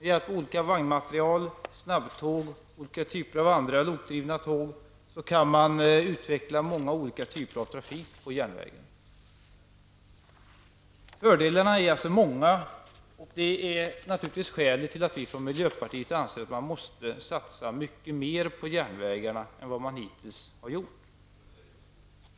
Med hjälp av olika vagnmaterial, snabbtåg, olika typer av lokdrivna tåg, kan man utveckla många olika sorters trafik på järnväg. Fördelarna är alltså många. Det är naturligtvis skälet till att vi i miljöpartiet anser att det måste satsas mycket mer på järnvägarna än vad det hittills har gjorts.